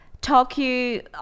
tokyo